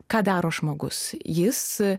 ką daro žmogus jis